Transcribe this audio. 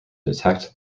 detect